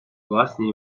власні